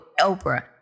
Oprah